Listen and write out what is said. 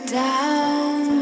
down